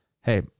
Hey